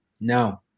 No